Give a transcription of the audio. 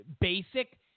basic